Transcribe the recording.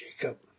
Jacob